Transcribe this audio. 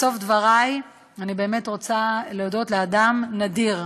בסוף דברי אני רוצה להודות לאדם נדיר,